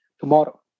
tomorrow